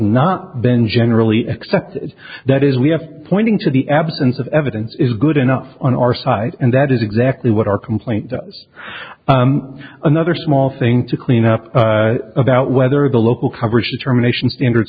not been generally accepted that is we have pointing to the absence of evidence is good enough on our side and that is exactly what our complaint another small thing to clean up about whether the local coverage determination standards